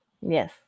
Yes